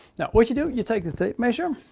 now what you do? you take the tape measure